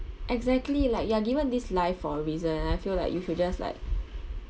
exactly like you're given this life for a reason and I feel like you should just like